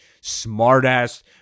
smart-ass